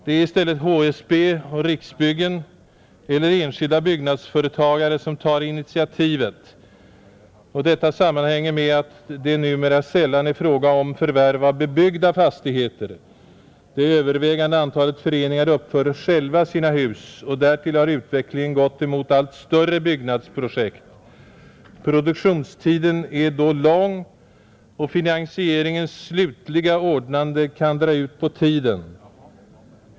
Det är i stället HSB och Riksbyggen eller enskilda byggnadsföretagare som tar initiativet, och detta sammanhänger med att det numera sällan är fråga om förvärv av bebyggda fastigheter. Det övervägande antalet föreningar uppför själva sina hus, och därtill har utvecklingen gått emot allt större byggnadsprojekt. Produktionstiden är då lång, och finansieringens slutliga ordnande kan dra ut på tiden.